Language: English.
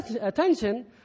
attention